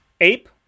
ape